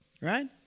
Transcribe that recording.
Right